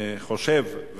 חושב,